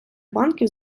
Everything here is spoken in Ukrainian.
банків